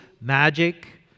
magic